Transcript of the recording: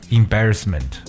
embarrassment